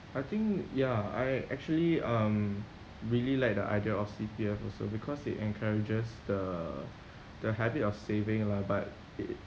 I think ya I actually um really like the idea of C_P_F also because it encourages the the habit of saving lah but it